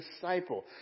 disciple